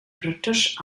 british